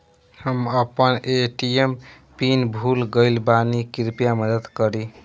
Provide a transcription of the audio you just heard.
हम अपन ATM pin भूल गएल बानी, कृपया मदद करीं